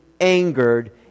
angered